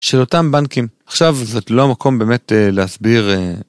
של אותם בנקים, עכשיו זה לא מקום באמת להסביר אה...